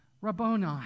Rabboni